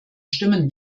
stimmen